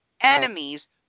enemies